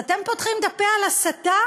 אז אתם פותחים את הפה על הסתה?